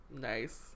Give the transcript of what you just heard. Nice